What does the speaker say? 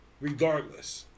regardless